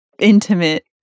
intimate